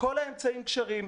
כל האמצעים כשרים,